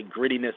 grittiness